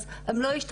אז הם לא ישתתפו.